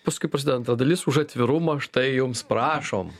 paskui prasideda antra dalis už atvirumą štai jums prašom